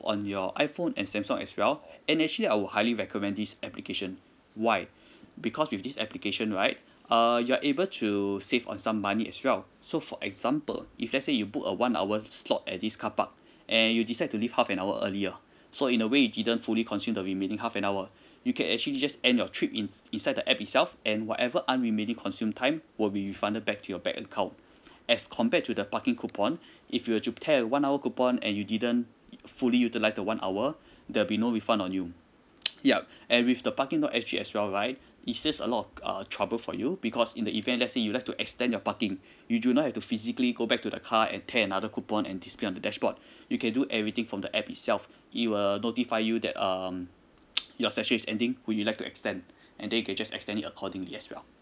on your I phone and samsung as well and actually I will highly recommend this application why because with this application right uh you're able to save on some money as well so for example if let's say you book a one hour slot at this carpark and you decide to leave half an hour earlier so in a way you didn't fully consume the remaining half an hour you can actually just end your trip in inside the app itself and whatever unremaining consume time will be refunded back to your bank account as compared to the parking coupon if you would tear a one hour coupon and you didn't fully utilize the one hour there'll be no refund on you yup and with the parking dot S G as well right it's just a lot of uh trouble for you because in the event let's say you like to extend your parking you do not have to physically go back to the car and tear another coupon and display on the dashboard you can do everything from the app itself it will notify you that um your session is ending would you like to extend and then you can just extend it accordingly as well